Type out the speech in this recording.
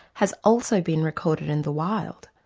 has also been recorded in the wild.